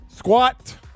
Squat